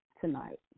tonight